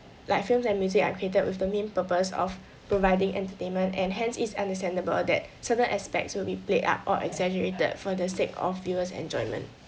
like films and music are created with the main purpose of providing entertainment and hence is understandable that certain aspects will be played out or exaggerated for the sake of viewers enjoyment